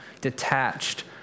detached